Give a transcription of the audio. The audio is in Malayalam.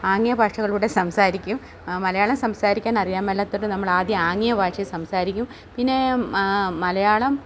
ആംഗ്യഭാഷകളിലൂടെ സംസാരിക്കും മലയാളം സംസാരിക്കാൻ അറിയാൻ മേലാത്തവരോട് നമ്മൾ ആദ്യം ആംഗ്യഭാഷയിൽ സംസാരിക്കും പിന്നെ മലയാളം